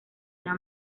una